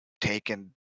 taken